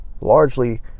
largely